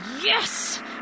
Yes